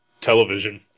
television